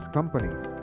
Companies